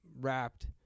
wrapped